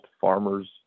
farmers